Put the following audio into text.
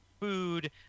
food